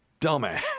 dumbass